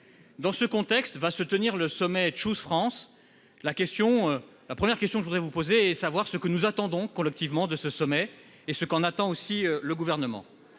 Dans ce contexte va se tenir le sommet « Choose France ». La première question que je voudrais vous poser est celle de savoir ce que nous attendons, collectivement, de ce sommet, et ce qu'en attend le Gouvernement.